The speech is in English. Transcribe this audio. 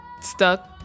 stuck